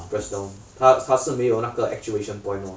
press down 他他是没有那个 actuation point lor